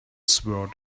sword